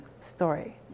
story